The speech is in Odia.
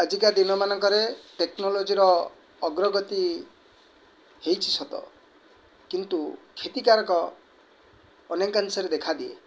ଆଜିକା ଦିନମାନଙ୍କରେ ଟେକ୍ନୋଲୋଜିର ଅଗ୍ରଗତି ହେଇଛି ସତ କିନ୍ତୁ କ୍ଷତିକାରକ ଅନେକାଂଶରେ ଦେଖାଦିଏ